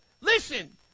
listen